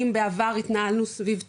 אם בעבר התנהלו סביב תיכון,